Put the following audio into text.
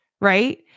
right